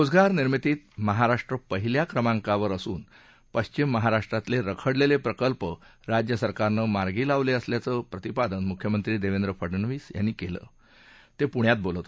रोजगार निर्मितीत महाराष्ट्र पहिल्या क्रमांकावर असून पश्चिम महाराष्ट्रातले रखडलेले प्रकल्प राज्य सरकारनं मार्गी लावले असल्याचं प्रतिपादन मुख्यमंत्री देवेंद्र फडणवीस यांनी आज पृण्यात केलं